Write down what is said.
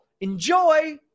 Enjoy